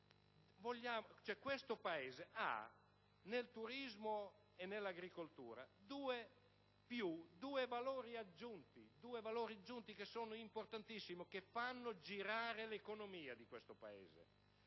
questo Paese ha infatti nel turismo e nell'agricoltura due valori aggiunti che sono importantissimi e fanno girare l'economia. Il turismo è